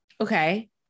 okay